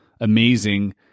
amazing